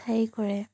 ঠাই কৰে